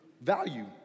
value